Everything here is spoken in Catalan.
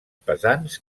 pesants